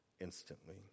instantly